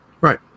Right